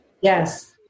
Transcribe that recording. yes